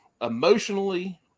emotionally